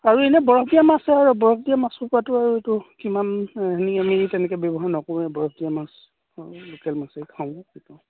আৰু এনেই বৰফ দিয়া মাছ আছে আৰু বৰফ দিয়া মাছৰ পৰাটো আৰু এইটো কিমান হেৰি আমি তেনেকে ব্যৱহাৰ নকৰোঁৱেই বৰফ দিয়া মাছ অঁ লোকেল মাছেই খাঁও